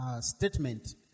statement